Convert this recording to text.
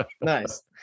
Nice